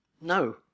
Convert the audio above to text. No